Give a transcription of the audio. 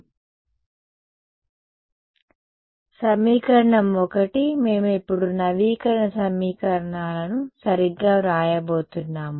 కాబట్టి సమీకరణం 1 మేము ఇప్పుడు నవీకరణ సమీకరణాలను సరిగ్గా వ్రాయబోతున్నాము